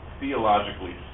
theologically